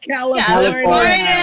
California